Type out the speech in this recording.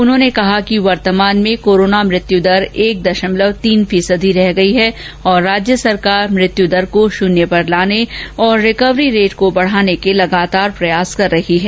उन्होंने कहा कि वर्तमान में कोरोना मृत्युदर एक दशमलव तीन फीसदी रह गयी है और राज्य सरकार मृत्युदर को शून्य पर लाने तथा रिकवरी रेट को बढ़ाने के लिए निरंतर प्रयास कर रही है